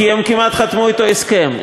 כי הם כמעט חתמו אתו הסכם.